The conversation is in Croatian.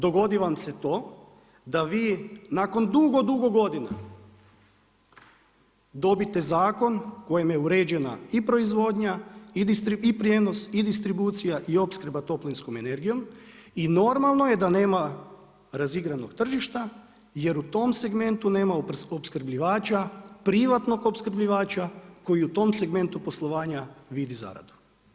Dogodi vam se to da vi nakon dugo, dugo godina, dobite zakon kojim je uređena i proizvodnja i prijenos i distribucija i opskrba toplinskom energijom i normalno je da nema zaigranog tržišta jer u tom segmentu nema opskrbljivača privatnog opskrbljivača koji u tom segmentu poslovanja vidi zaradu.